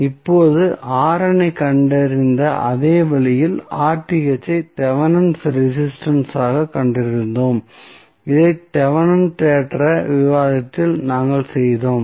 இப்போது ஐ கண்டறிந்த அதே வழியில் யை தேவெனின்ஸ் ரெசிஸ்டன்ஸ் ஆகக் Thevenins resistance கண்டறிந்தோம் இதை தேவெனின்ஸ் தேற்ற விவாதத்தில் நாங்கள் செய்தோம்